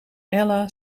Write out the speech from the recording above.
ella